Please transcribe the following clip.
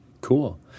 Cool